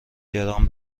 درام